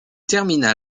termina